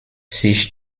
sich